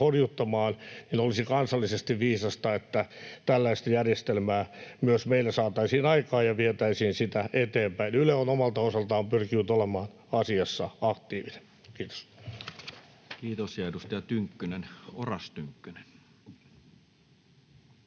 olisi kansallisesti viisasta, että tällaista järjestelmää myös meillä saataisiin aikaan ja vietäisiin sitä eteenpäin. Yle on omalta osaltaan pyrkinyt olemaan asiassa aktiivinen. — Kiitos. [Speech 41] Speaker: Ensimmäinen